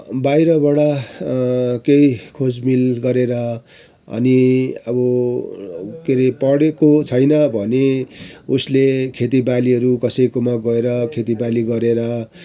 बाहिरबाट केही खोज मेल गरेर अनि अब के अरे पढेको छैन भने उसले खेती बालीहरू कसैकोमा गएर खेती बाली गरेर